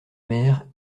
mère